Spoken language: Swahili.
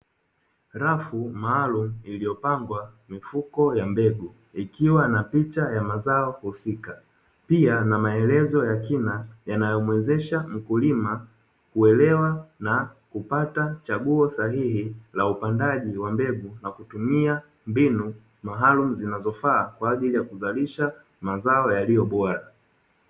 Rafu maalumu iliopangwa mifuko ya mbegu ikiwa na picha ya mazao husika, pia na maelezo ya kina yanayomwezesha mkulima kuelewa na kupata chaguo sahihi la upandaji wa mbegu; na kutumia mbinu maalumu zinazofaa kwa ajili ya kuzalisha mazao yaliyo bora.